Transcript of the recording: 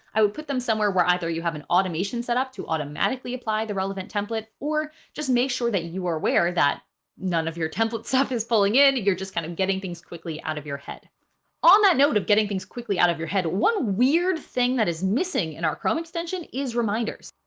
i would put them somewhere where either you have an automation setup to automatically apply the relevant template or just make sure that you are aware that none of your template stuff is pulling in. you're just kind of getting things quickly out of your head on that note of getting things quickly out of your head. one weird thing that is missing in our chrome extension is reminders.